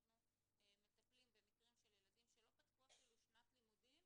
אנחנו מטפלים במקרים של ילדים שלא פתחו אפילו שנת לימודים,